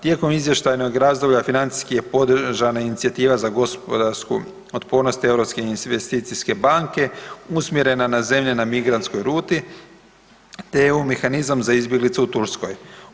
Tijekom izvještajnog razdoblja financijski je podržana inicijativa za gospodarsku otpornost Europske investicijske banke, usmjerena na zemlje na migrantskoj ruti, te u mehanizam za izbjeglice u Turskoj.